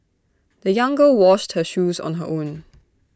the young girl washed her shoes on her own